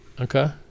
Okay